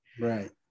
Right